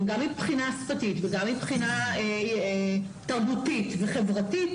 גם מבחינה שפתית וגם מבחינה תרבותית וחברתית